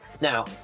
Now